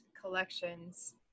collections